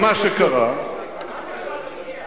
ומה שקרה, רק עכשיו היא הגיעה.